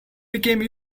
became